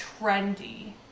trendy